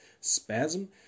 spasm